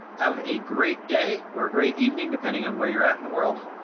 have a great day or a great evening, depending on where you're at in the world.